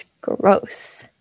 gross